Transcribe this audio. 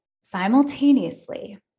simultaneously